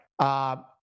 right